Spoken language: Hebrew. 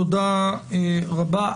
תודה רבה.